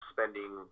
spending